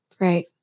Right